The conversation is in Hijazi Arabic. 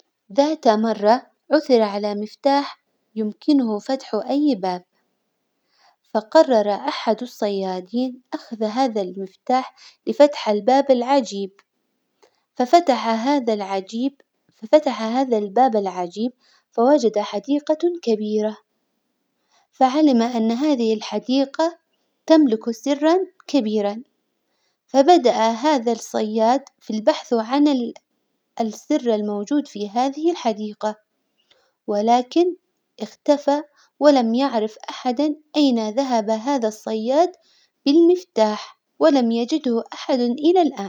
ذات مرة عثر على مفتاح يمكنه فتح أي باب، فقرر أحد الصيادين أخذ هذا المفتاح لفتح الباب العجيب، ففتح هذا العجيب- ففتح هذا الباب العجيب فوجد حديقة كبيرة، فعلم أن هذه الحديقة تملك سرا كبيرا، فبدأ هذا الصياد في البحث عن ال- السر الموجود في هذه الحديقة، ولكن إختفى ولم يعرف أحد أين ذهب هذا الصياد بالمفتاح? ولم يجده أحد إلى الآن.